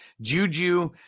Juju